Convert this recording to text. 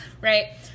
Right